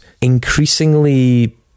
increasingly